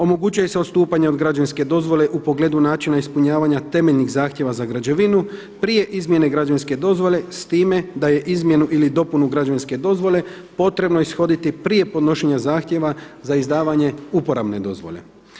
Omogućuje se odstupanje od građevinske dozvole u pogledu načina ispunjavanja temeljnih zahtjeva za građevinu prije izmjene građanske dozvole s time da je izmjenu ili dopunu građevinske dozvole potrebno ishoditi prije podnošenja zahtjeva za izdavanje uporabne dozvole.